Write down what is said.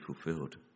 fulfilled